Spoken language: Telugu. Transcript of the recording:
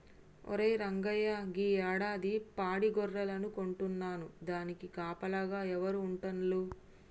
ఒరే రంగయ్య గీ యాడాది పాడి గొర్రెలను కొంటున్నాను దానికి కాపలాగా ఎవరు ఉంటాల్లు